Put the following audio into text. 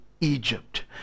Egypt